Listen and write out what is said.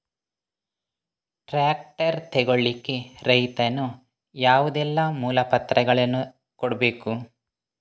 Tractor ತೆಗೊಳ್ಳಿಕೆ ರೈತನು ಯಾವುದೆಲ್ಲ ಮೂಲಪತ್ರಗಳನ್ನು ಕೊಡ್ಬೇಕು?